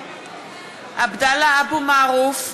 (קוראת בשמות חברי הכנסת) עבדאללה אבו מערוף,